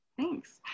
Thanks